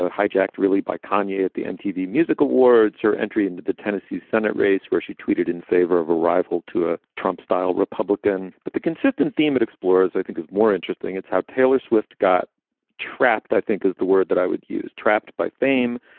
ah hijacked really by konya at the mtv music awards, her entry into the tennessee senate race where she tweeted in favor of a rival to a trump style republican. but the consistent theme it explores, i think is more interesting. it's how taylor swift got trapped, i think is the word that i would use. trapped by fame,